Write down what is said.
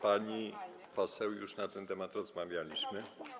Pani poseł, już na ten temat rozmawialiśmy.